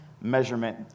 measurement